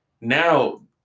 now